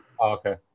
okay